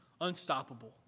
unstoppable